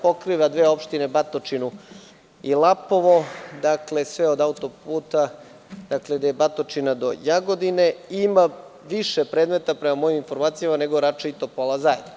Pokriva opštine Batočinu i Lapovo, sve od autoputa odakle je Batočina do Jagodine i ima više predmeta prema mojim informacijama nego Rača i Topola zajedno.